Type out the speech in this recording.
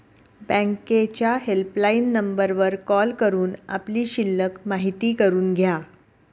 बँकेच्या हेल्पलाईन नंबरवर कॉल करून आपली शिल्लक माहिती करून घ्या